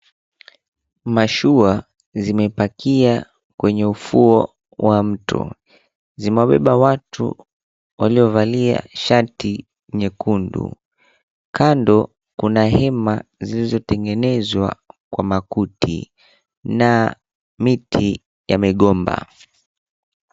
Mashua zimepakia kwenye ufuo wa mto. Zimebeba watu waliovalia shati nyekundu. Kando kuna hema zilizotengenezwa kwa makuti na miti ya migomba.